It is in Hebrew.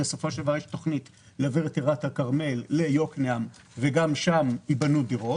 יש תוכנית להעביר את המפעל בטירת הכרמל ליקנעם וגם שם ייבנו דירות.